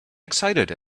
excited